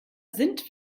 sind